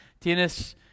Tienes